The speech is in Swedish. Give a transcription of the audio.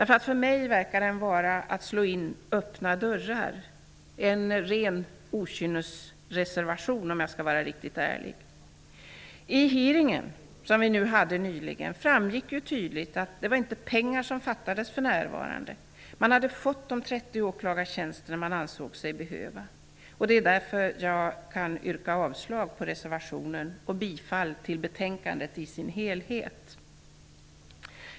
För mig verkar den vara att slå in öppna dörrar -- en ren okynnesreservation om jag skall vara riktigt ärlig. Vid den hearing som vi nyligen hade framgick tydligt att de inte var pengar som fattades för närvarande. Man hade fått de 30 åklagartjänster som man ansåg sig behöva. Det är därför jag kan yrka avslag på reservationen och bifall till hemställan i betänkandet i sin helhet.